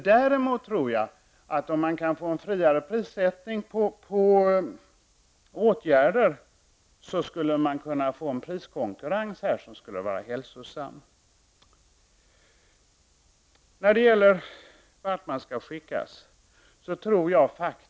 Däremot tror jag att om man kan få en friare prissättning på åtgärder, skulle man kunna få en priskonkurrens som skulle vara hälsosam.